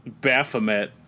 Baphomet